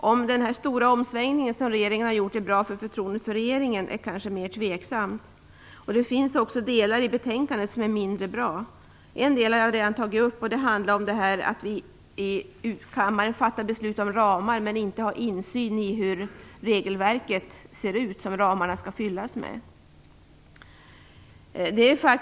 Om den stora omsvängning som regeringen har gjort är bra för förtroendet för regeringen är kanske mer tveksamt. Det finns också delar i betänkandet som är mindre bra. En del har jag redan tagit upp, och det handlar om att vi här i kammaren fattar beslut om ramar men inte har insyn i hur det regelverk ser ut som ramarna skall fyllas med.